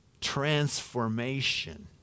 Transformation